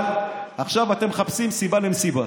אבל עכשיו אתם מחפשים סיבה למסיבה.